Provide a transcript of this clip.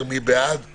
בעד